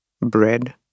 Bread